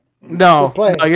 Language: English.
no